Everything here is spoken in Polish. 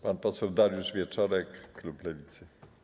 Pan poseł Dariusz Wieczorek, klub Lewicy.